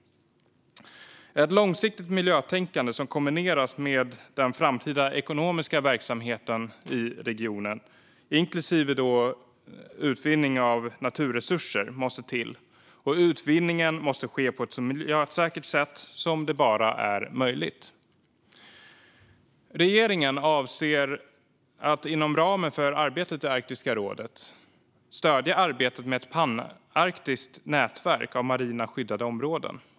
Ett långsiktigt miljötänkande som kombineras med den framtida ekonomiska verksamheten i regionen, inklusive utvinning av naturresurser, måste till. Utvinningen måste ske på ett så miljösäkert sätt som det bara är möjligt. Regeringen avser att inom ramen för arbetet i Arktiska rådet stödja arbetet med ett panarktiskt nätverk av marina skyddade områden.